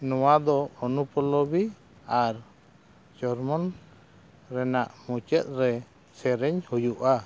ᱱᱚᱣᱟ ᱫᱚ ᱚᱱᱩᱯᱚᱞᱞᱚᱵᱤ ᱟᱨ ᱪᱚᱨᱢᱚᱱ ᱨᱮᱱᱟᱜ ᱢᱩᱪᱟᱹᱫ ᱨᱮ ᱥᱮᱨᱮᱧ ᱦᱩᱭᱩᱜᱼᱟ